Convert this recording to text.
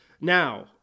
Now